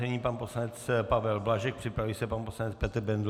Nyní pan poslanec Pavel Blažek, připraví se pan poslanec Petr Bendl.